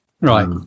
Right